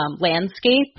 landscape